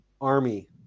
army